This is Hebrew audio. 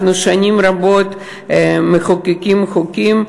אנחנו שנים רבות מחוקקים חוקים,